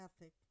ethic